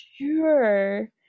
sure